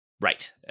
Right